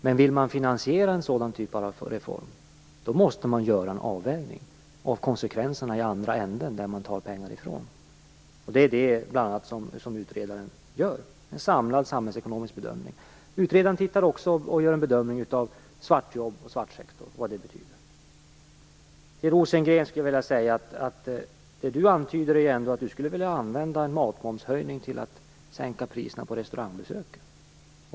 Men vill man finansiera en sådan typ av reform måste man göra en avvägning av konsekvenserna i andra änden där man tar pengar ifrån. Det är bl.a. detta som utredaren gör, dvs. en samlad samhällsekonomisk bedömning. Utredaren tittar också på och gör en bedömning av vad svartjobb och den svarta sektorn betyder. Till Per Rosengren skulle jag vilja säga: Det Per Rosengren antyder är att han skulle vilja använda en matmomshöjning till att sänka priserna på restaurangbesök.